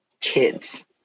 kids